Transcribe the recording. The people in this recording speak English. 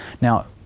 Now